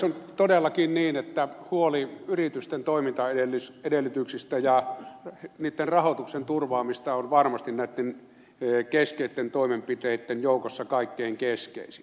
on todellakin niin että huoli yritysten toimintaedellytyksistä ja niitten rahoituksen turvaamisesta on varmasti näitten keskeisten toimenpiteitten joukossa kaikkein keskeisin